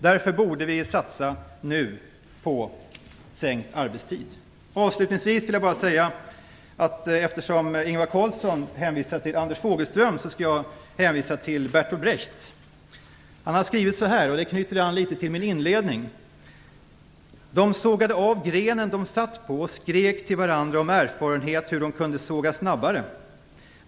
Därför borde vi nu satsa på sänkt arbetstid. Avslutningsvis, eftersom Ingvar Carlsson hänvisar till Per Anders Fogelström, skall jag hänvisa till Berthold Brecht. Han har skrivit så här, vilket litet knyter an till min inledning: De sågade av grenen de satt på och skrek till varandra om erfarenheter hur de kunde såga snabbare.